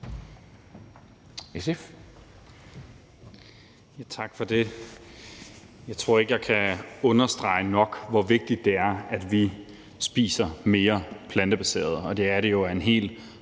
Tak for det. Jeg tror ikke, at jeg kan understrege nok, hvor vigtigt det er, at vi spiser mere plantebaseret. Det er det jo af en hel